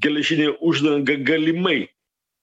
geležinė uždanga galimai